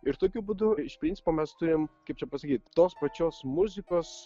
ir tokiu būdu iš principo mes turim kaip čia pasakyt tos pačios muzikos